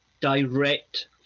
direct